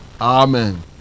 Amen